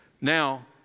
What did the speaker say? Now